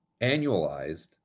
annualized